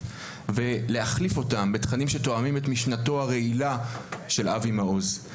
ולהחליף אותם בתכנים שתואמים את משנתו הרעילה של אבי מעוז.